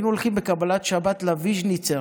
אבל היינו הולכים בקבלת שבת לוויז'ניצר.